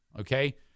okay